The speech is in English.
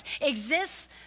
exists